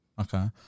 okay